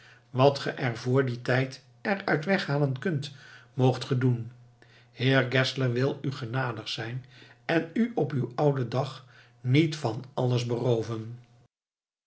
wat ge vr dien tijd er uit weghalen kunt moogt ge doen heer geszler wil u genadig zijn en u op uw ouden dag niet van alles berooven